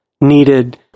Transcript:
needed